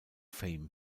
fame